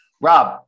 Rob